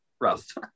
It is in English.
Rough